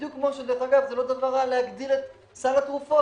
בדיוק כמו שזה לא דבר רע להגדיל את סל התרופות.